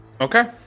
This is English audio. Okay